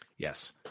Yes